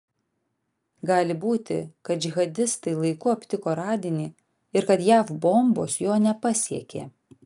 gali būti kad džihadistai laiku aptiko radinį ir kad jav bombos jo nepasiekė